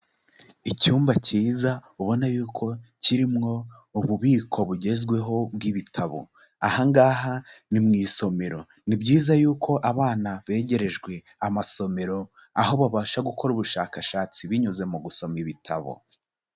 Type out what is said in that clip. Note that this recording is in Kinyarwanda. Icyumba cyiza ubona yuko kirimo ububiko bugezweho bw'ibitabo, aha ngaha ni mu isomero, ni byiza yuko abana begerejwe amasomero, aho babasha gukora ubushakashatsi binyuze mu gusoma ibitabo.